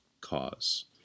cause